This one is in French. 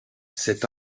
cet